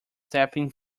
tapping